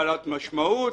בעלת משמעות.